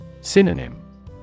Synonym